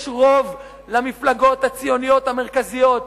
יש רוב למפלגות הציוניות המרכזיות.